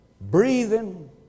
breathing